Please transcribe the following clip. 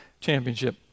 championship